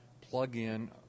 plug-in